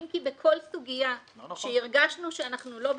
אם כי בכל סוגיה שהרגשנו שאנחנו לא בטוחים,